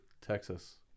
Texas